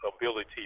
ability